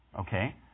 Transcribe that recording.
Okay